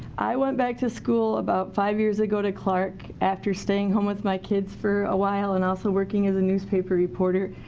i went back to school about five years ago to clarke, after staying home with my kids for awhile and also working as a newspaper reporter.